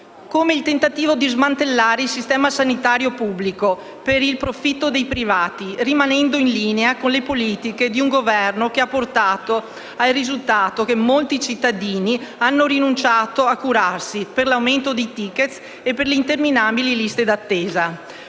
Come il tentativo di smantellare il sistema sanitario pubblico per il profitto dei privati, rimanendo in linea con le politiche di un Governo che ha portato al risultato che molti cittadini hanno rinunciato a curarsi per l'aumento del *ticket* e le interminabili liste d'attesa.